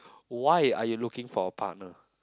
why are you looking for a partner